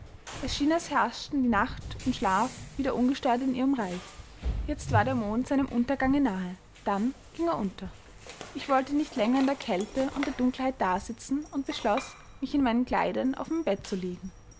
schien als herrschten die nacht und schlaf wieder ungestört in ihrem reich jetzt war der mond seinem untergange nahe dann ging er unter ich wollte nicht länger in der kälte und der dunkelheit dasitzen und beschloß mich in meinen kleidern auf mein bett zu legen